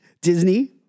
Disney